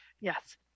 yes